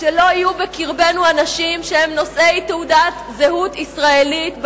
שלא יהיו בקרבנו אנשים שהם נושאי תעודת זהות ישראלית,